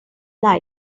life